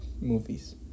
movies